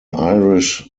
irish